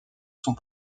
sont